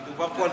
זה לא הרבה זמן.